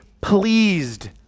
pleased